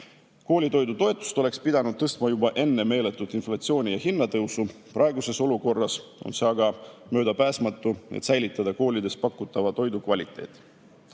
Koolitoidutoetust oleks pidanud tõstma juba enne meeletut inflatsiooni ja hinnatõusu. Praeguses olukorras on see aga möödapääsmatu, et säilitada koolides pakutava toidu kvaliteet. Eelmise